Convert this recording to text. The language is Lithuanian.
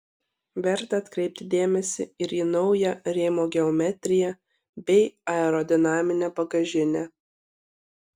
verta atkreipti dėmesį ir į naują rėmo geometriją bei aerodinaminę bagažinę